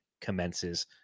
commences